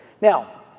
Now